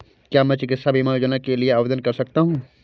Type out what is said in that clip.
क्या मैं चिकित्सा बीमा योजना के लिए आवेदन कर सकता हूँ?